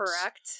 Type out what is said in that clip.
Correct